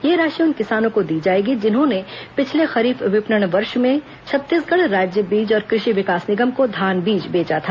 यह राशि उन किसानों को दी जाएगी जिन्होंने पिछले खरीफ विपणन वर्ष में छत्तीसगढ़ राज्य बीज और कृषि विकास निगम को धान बीज बेचा था